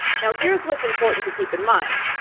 now here's what's important to keep in mind.